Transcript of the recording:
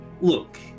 Look